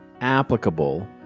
applicable